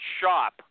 shop